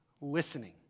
listening